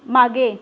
मागे